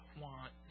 want